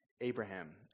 abraham